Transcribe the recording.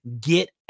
get